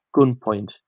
gunpoint